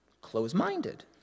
close-minded